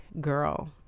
girl